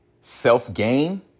self-gain